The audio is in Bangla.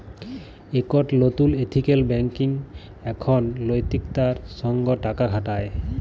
একট লতুল এথিকাল ব্যাঙ্কিং এখন লৈতিকতার সঙ্গ টাকা খাটায়